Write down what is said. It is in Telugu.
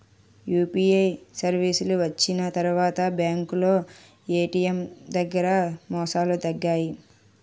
యూపీఐ సర్వీసులు వచ్చిన తర్వాత బ్యాంకులో ఏటీఎం దగ్గర మోసాలు తగ్గాయి